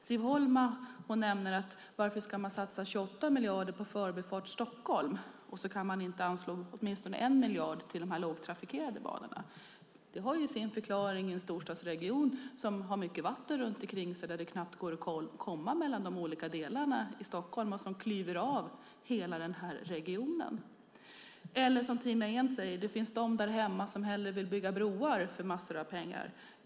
Siv Holma frågar varför man ska satsa 28 miljarder på Förbifart Stockholm men inte kunna anslå åtminstone 1 miljard till de lågtrafikerade banorna. Det har sin förklaring i att vi har en storstadsregion med mycket vatten runt. Det går knappt att komma mellan de olika delarna i Stockholm; vattnet klyver hela regionen. Tina Ehn säger att det finns de där hemma som hellre vill bygga broar för massor av pengar.